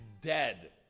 dead